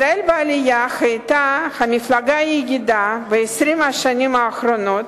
ישראל בעלייה היתה המפלגה היחידה ב-20 השנים האחרונות